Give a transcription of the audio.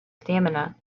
stamina